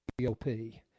GOP